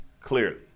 clearly